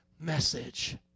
message